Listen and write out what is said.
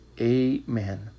Amen